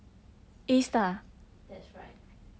that's right